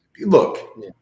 Look